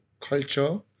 culture